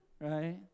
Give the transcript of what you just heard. Right